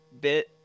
bit